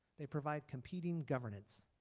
they provide competing governance.